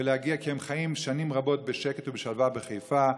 כי הם חיים שנים רבות בשקט ובשלווה בחיפה.